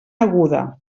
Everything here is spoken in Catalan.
aguda